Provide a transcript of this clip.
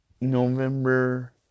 November